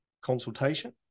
consultation